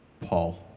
Paul